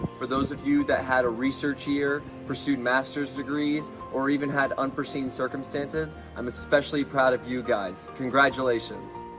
for those of you that had a research year, pursued master's degrees or even had unforeseen circumstances, i'm especially proud of you guys. congratulations.